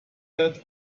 head